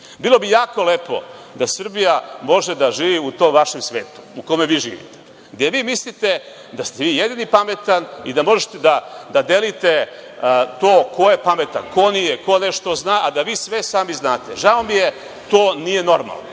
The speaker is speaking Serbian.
bi jako lepo da Srbija može da živi u tom vašem svetu u kome vi živite, gde vi mislite da ste vi jedini pametan i da možete da delite to ko je pametan ko nije, ko nešto zna, a da vi sve sami znate. Žao mi je, to nije normalno.